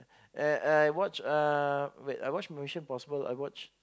I I I watch uh wait I watch Mission-Impossible I watch